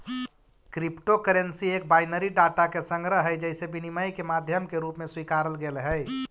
crypto currency एक binary data के संग्रह हइ जेसे विनिमय के माध्यम के रूप में स्वीकारल गेले हइ